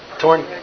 torn